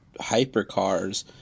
hypercars